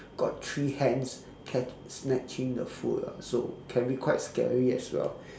got three hands catch snatching the food ah so can be quite scary as well